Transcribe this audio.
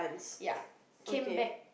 ya came back